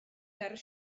ger